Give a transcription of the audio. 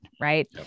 Right